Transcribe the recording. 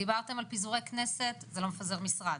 דיברתם על פיזורי כנסת - זה לא מפזר משרד,